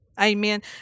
Amen